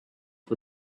for